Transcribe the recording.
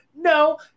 No